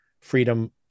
freedom